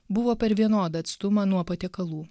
buvo per vienodą atstumą nuo patiekalų